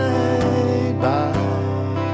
Bye-bye